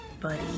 buddy